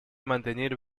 mantener